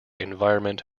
environment